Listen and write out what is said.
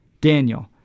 Daniel